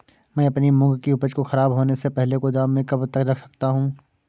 मैं अपनी मूंग की उपज को ख़राब होने से पहले गोदाम में कब तक रख सकता हूँ?